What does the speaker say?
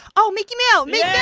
oh, meeky mill meek yeah